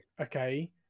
okay